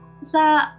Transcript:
sa